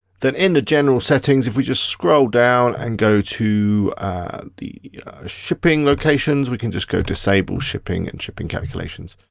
then in the general settings, if we just scroll down, and go to the shipping locations, we can just go disable shipping and shipping calculations.